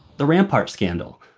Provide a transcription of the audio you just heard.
the rampart scandal,